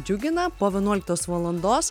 džiugina po vienuoliktos valandos